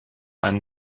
ein